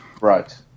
Right